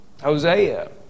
Hosea